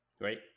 Right